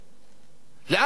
לאן הם רוצים להוביל?